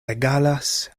regalas